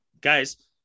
guys